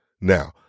now